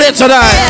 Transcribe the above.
today